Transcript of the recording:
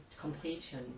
completion